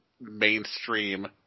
mainstream